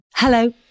Hello